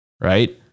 right